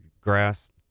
grass